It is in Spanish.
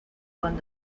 con